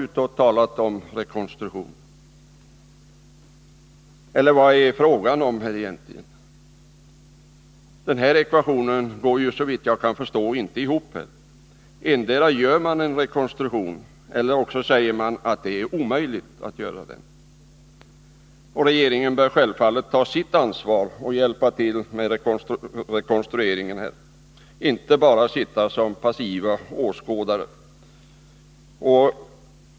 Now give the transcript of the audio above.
Vad är det egentligen fråga om? Den här ekvationen går såvitt jag kan förstå inte ihop. Endera gör man en rekonstruktion eller också säger man att det är omöjligt att göra den. Regeringen bör självfallet ta sitt ansvar och hjälpa till med rekonstrueringen, inte bara sitta som passiv åskådare.